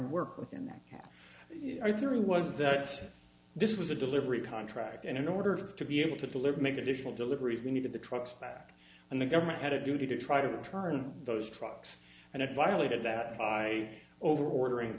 work within that our theory was that this was a delivery contract and in order to be able to deliver make additional deliveries we needed the trucks back and the government had a duty to try to return those trucks and it violated that by over ordering